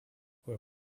were